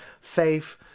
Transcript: Faith